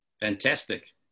fantastic